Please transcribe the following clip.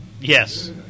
Yes